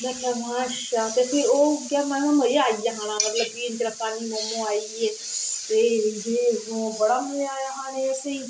में आखेआ में अच्छा मजा आई गेआ खाने दा मतलब अफगानी मोमोस आई गे बड़ा मजा आया खाने दा असेंगी